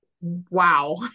wow